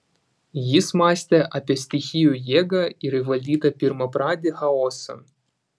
jis mąstė apie stichijų jėgą ir įvaldytą pirmapradį chaosą